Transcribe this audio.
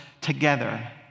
together